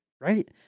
Right